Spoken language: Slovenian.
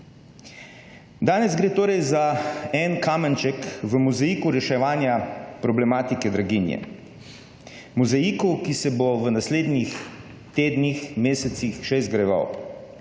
Danes gre torej za en kamenček v mozaiku reševanja problematike draginje. V mozaiku, ki se bo v naslednjih tednih, mesecih še izgrajeval.